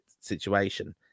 situation